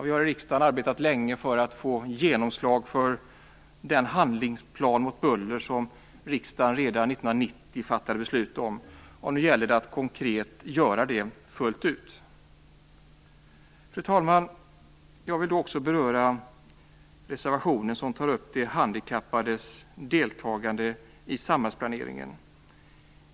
Vi har i riksdagen arbetat länge för att få genomslag för den handlingsplan mot buller som riksdagen fattade beslut om redan 1990. Nu gäller det att konkret genomföra den fullt ut. Fru talman! Jag vill också beröra reservationen om de handikappades deltagande i samhällsplaneringen.